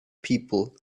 people